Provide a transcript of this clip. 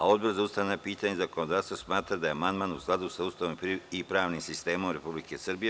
Odbor za ustavna pitanja i zakonodavstvo smatra da je amandman u skladu sa Ustavom i pravnim sistemom Republike Srbije.